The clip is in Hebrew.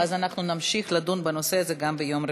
ואז אנחנו נמשיך לדון בנושא הזה גם ביום רביעי.